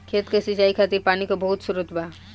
खेत के सिंचाई खातिर पानी के बहुत स्त्रोत बा